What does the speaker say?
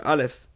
Aleph